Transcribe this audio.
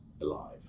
alive